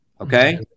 Okay